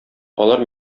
алар